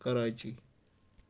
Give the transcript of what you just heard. Karachi